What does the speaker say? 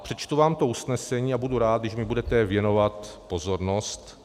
Přečtu vám to usnesení a budu rád, když mi budete věnovat pozornost.